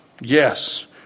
Yes